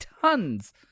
tons